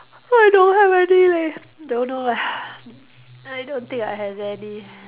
I don't have any leh don't know lah I don't think I have any